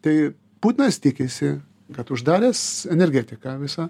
tai putinas tikisi kad uždaręs energetiką visą